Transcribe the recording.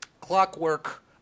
clockwork